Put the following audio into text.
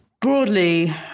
broadly